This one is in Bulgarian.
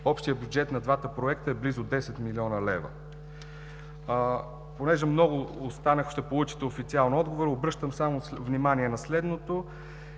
Общият бюджет на двата проекта е близо 10 млн. лв. Понеже много остана, ще получите официален отговор. Обръщам само внимание на следното: